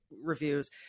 reviews